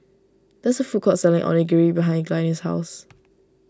there's food court selling Onigiri behind Glynis' house